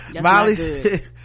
Molly